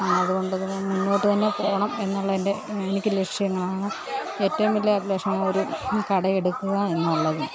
അതുകൊണ്ട് ഇതിനെ മുന്നോട്ട് തന്നെ പോകണം എന്നുള്ള എൻ്റെ എനിക്ക് ലക്ഷ്യങ്ങളാണ് ഏറ്റവും വലിയ അഭിലാഷം ഒരു കടയെടുക്കുക്കുക എന്നുള്ളത്